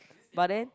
but then